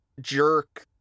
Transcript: jerk